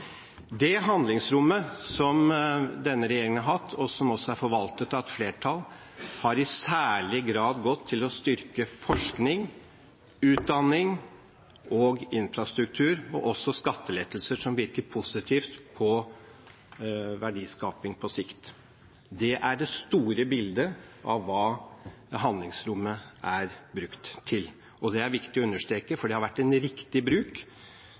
Det handlingsrommet som denne regjeringen har hatt, og som også er forvaltet av et flertall, har i særlig grad gått til å styrke forskning, utdanning og infrastruktur – og skattelettelser som virker positivt på verdiskaping på sikt. Det er det store bildet av hva handlingsrommet er brukt til. Det er det viktig å understreke, for det har vært en riktig bruk.